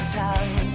time